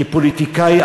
כפוליטיקאי,